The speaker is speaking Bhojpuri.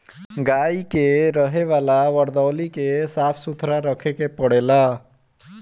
गाई के रहे वाला वरदौली के साफ़ सुथरा रखे के पड़ेला